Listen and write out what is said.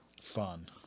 Fun